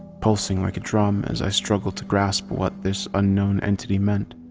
pulsing like a drum as i struggled to grasp what this unknown entity meant.